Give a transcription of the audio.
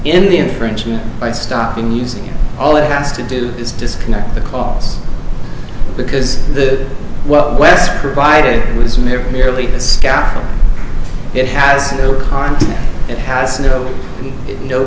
in the infringement by stopping using it all it has to do is disconnect the calls because the well west provided it was merely a scout it has no content it has no no